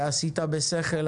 עשית בשכל,